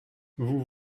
vous